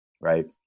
right